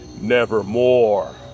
nevermore